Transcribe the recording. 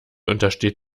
untersteht